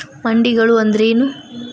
ಮಂಡಿಗಳು ಅಂದ್ರೇನು?